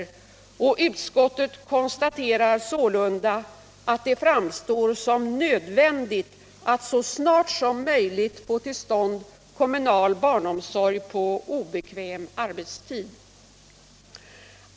Utskottet konstaterar sålunda att det framstår ”som nödvändigt att så snart som möjligt få till stånd kommunal barnomsorg på obekväm arbetstid”.